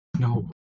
No